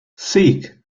seek